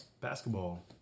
basketball